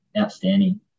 outstanding